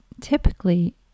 typically